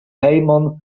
hejmon